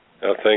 Thank